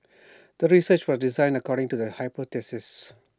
the research was designed according to the hypothesis